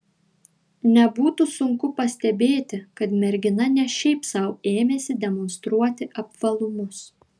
nebūtų sunku pastebėti kad mergina ne šiaip sau ėmėsi demonstruoti apvalumus